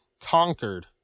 Conquered